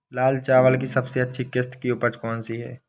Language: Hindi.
लाल चावल की सबसे अच्छी किश्त की उपज कौन सी है?